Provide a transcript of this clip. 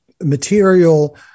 material